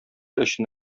өчен